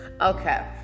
Okay